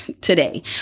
today